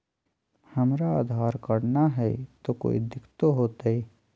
हमरा आधार कार्ड न हय, तो कोइ दिकतो हो तय?